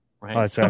right